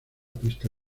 pista